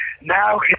Now